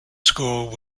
score